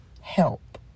help